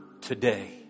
today